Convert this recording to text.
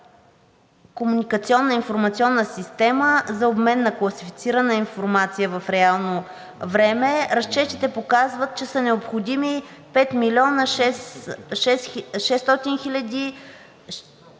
комуникационна и информационна система за обмен на класифицирана информация в реално време – разчетите показват, че са необходими 5 млн. 600 хил. и